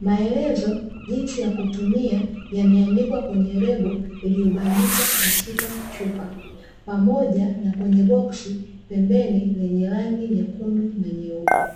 Maelezo jinsi ya kutumia yameandikwa kwenye lebo iliyobandikwa katika chupa, pamoja na kwenye boksi pembeni yenye rangi nyekundu na nyeupe.